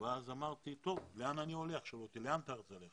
ושאלו אותי לאן אני רוצה ללכת.